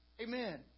amen